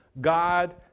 God